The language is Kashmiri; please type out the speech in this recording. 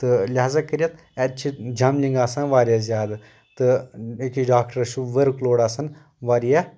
تہٕ لِہازا کٔرِتھ اَتہِ چھِ جمبلِنگ آسان واریاہ زیادٕ تہٕ أکِس ڈاکٹرس چھُ ؤرٕک لوڈ واریاہ